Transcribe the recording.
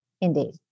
indeed